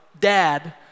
dad